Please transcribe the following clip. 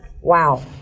Wow